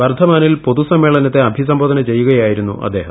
ബർദ്ധമാനിൽ പൊതുസമ്മേളനത്തെ അഭിസംബോധന ചെയ്യുകയായിരുന്നു അദ്ദേഹം